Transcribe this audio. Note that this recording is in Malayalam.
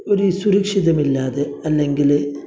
ഒരു സുരക്ഷിതമില്ലാതെ അല്ലെങ്കില്